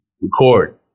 record